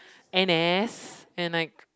N_S and like